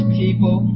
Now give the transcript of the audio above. people